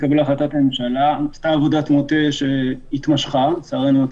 היתה עבודת מטה שהתמשכה לצערנו יותר